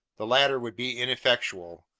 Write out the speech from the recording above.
the latter would be ineffectual.